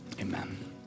amen